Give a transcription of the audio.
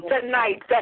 tonight